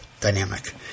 dynamic